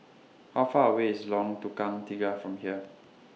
How Far away IS Lorong Tukang Tiga from here